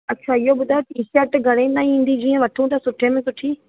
अच्छा इहो ॿुधायो टी शर्ट घणे ताईं ईंदी जीअं वठूं सुठे में सुठी